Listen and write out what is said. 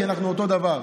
כי אנחנו אותו דבר.